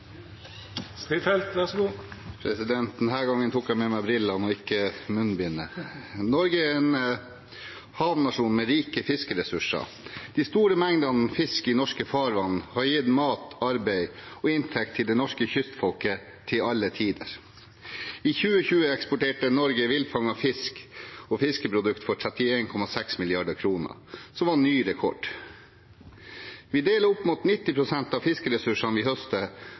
gangen tok jeg med meg brillene og ikke munnbindet. Norge er en havnasjon med rike fiskeressurser. De store mengdene fisk i norske farvann har gitt mat, arbeid og inntekt til det norske kystfolket til alle tider. I 2020 eksporterte Norge villfanget fisk og fiskeprodukter for 31,6 mrd. kr, noe som var ny rekord. Vi deler opp mot 90 pst. av fiskeressursene vi høster,